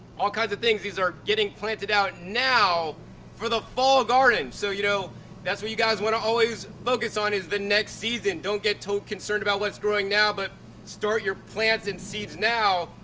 all kinds of things. these are getting planted out now for the fall garden so you know that's what you guys wanna always focus on is the next season. don't get totally concerned about what's growing now, but start your plants in seeds now,